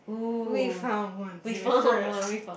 we found one difference